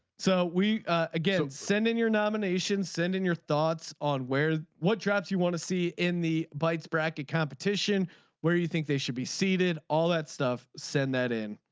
so we again send in your nominations send in your thoughts on where what drops you want to see in the bytes bracket competition where you think they should be seated. all that stuff. send that in